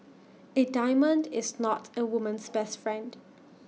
A diamond is not A woman's best friend